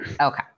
Okay